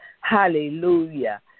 Hallelujah